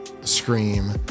Scream